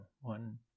one